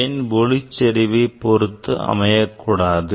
ஏன் ஒளி செறிவை பொருத்து அமையக்கூடாது